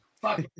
Fuck